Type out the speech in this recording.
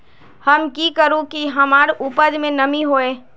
हम की करू की हमार उपज में नमी होए?